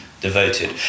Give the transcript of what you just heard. devoted